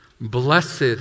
Blessed